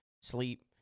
sleep